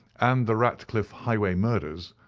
and the ratcliff highway murders,